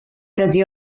dydi